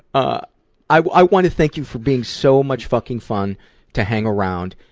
ah i want to thank you for being so much fucking fun to hang around,